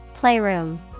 Playroom